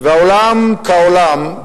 ובעולם כעולם,